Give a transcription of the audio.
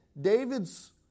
David's